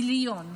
מיליון.